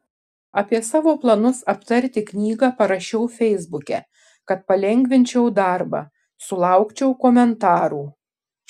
apie savo planus aptarti knygą parašiau feisbuke kad palengvinčiau darbą sulaukčiau komentarų